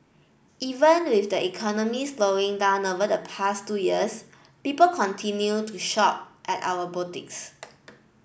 even with the economy slowing down over the past two years people continued to shop at our boutiques